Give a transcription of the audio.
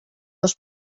dos